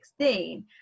2016